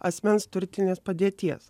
asmens turtinės padėties